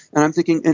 and i'm thinking,